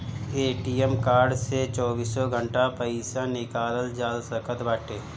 ATM card से चौबीसों घंटा पईसा निकालल जा सकत बाटे